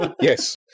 Yes